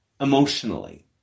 emotionally